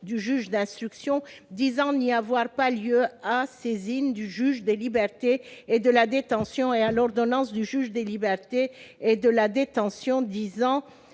du juge d'instruction disant n'y avoir pas lieu à saisine du juge des libertés et de la détention » et à celles « du juge des libertés et de la détention disant